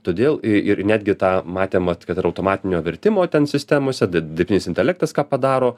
todėl ir netgi tą matėm vat kad ir automatinio vertimo ten sistemose di dirbtinis intelektas ką padaro